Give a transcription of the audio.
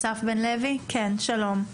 שלום אסף,